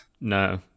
no